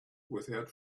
without